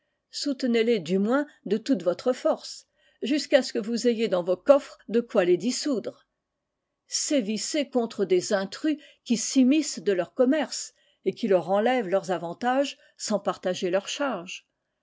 soutenez les du moins de toute votre force jusqu'à ce que vous ayez dans vos coffres de quoi les dissoudre sévissez contre des intrus qui s'immiscent de leur commerce et qui leur enlèvent leurs avantages sans partager leurs charges